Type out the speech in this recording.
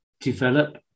develop